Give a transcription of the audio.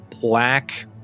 black